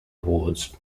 awards